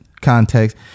context